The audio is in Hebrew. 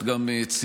את גם ציינת